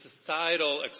societal